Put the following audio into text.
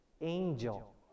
angel